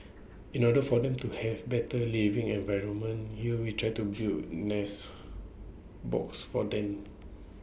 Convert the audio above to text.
in order for them to have better living environment here we try to build nest boxes for them